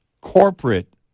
corporate